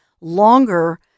longer